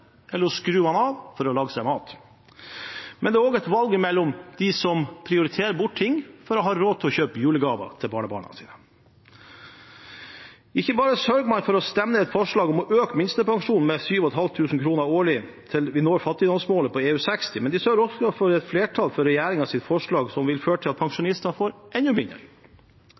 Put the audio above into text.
eller å skru den av for å lage seg mat, men det er også et valg for dem som prioriterer bort ting for å ha råd til å kjøpe julegaver til barnebarna sine. Ikke bare sørger man for å stemme ned et forslag om å øke minstepensjonen med 7 500 kr årlig til vi når fattigdomsmålet på EU60, man sørger også for et flertall for regjeringens forslag som vil føre til at pensjonistene får enda mindre.